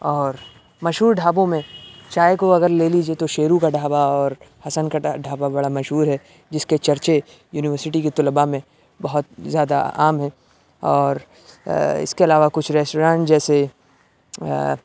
اور مشہور ڈھابوں میں چائے کو اگر لے لیجیے تو شیرو کا ڈھابہ اور حسن کا ڈھابہ بڑا مشہور ہے جس کے چرچے یونیورسٹی کے طلباء میں بہت زیادہ عام ہے اور اس کے علاوہ کچھ ریسٹوران جیسے